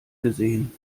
gesehen